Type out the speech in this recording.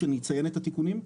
שאני אציין את התיקונים?